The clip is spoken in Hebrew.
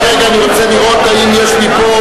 רק רגע, אני רוצה לראות האם יש לי פה,